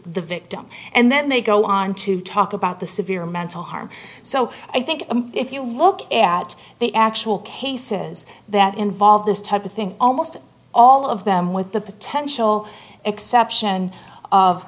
the victim and then they go on to talk about the severe mental harm so i think if you look at the actual cases that involve this type of thing almost all of them with the potential exception of